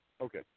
Okay